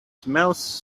smells